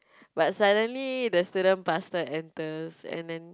but suddenly the student pastor enters and then